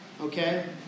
Okay